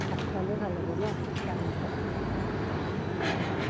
ভাত খোৱালে ভাল হ'ব ন দালি চব্জি